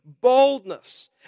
boldness